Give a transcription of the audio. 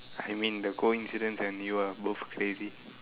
I mean the coincidence and you are both crazy